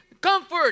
comfort